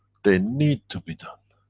they need to be done.